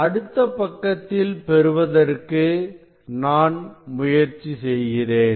அடுத்த பக்கத்தில் பெறுவதற்கு நான் முயற்சி செய்கிறேன்